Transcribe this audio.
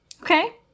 Okay